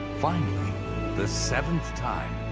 finally the seventh time,